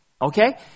Okay